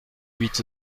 huit